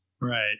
Right